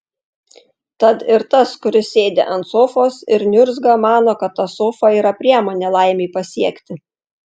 tad ir tas kuris sėdi ant sofos ir niurzga mano kad ta sofa yra priemonė laimei pasiekti